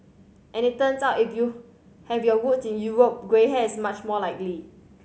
and it turns out if you have your roots in Europe grey hair is much more likely